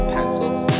Pencils